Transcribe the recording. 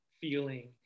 feeling